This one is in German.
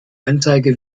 anzeige